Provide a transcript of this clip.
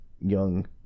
young